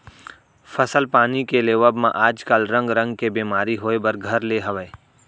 फसल पानी के लेवब म आज काल रंग रंग के बेमारी होय बर घर ले हवय